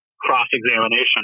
cross-examination